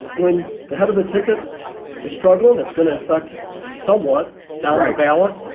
when the head of the ticket is struggling, it's going to affect somewhat down right ballot.